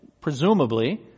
presumably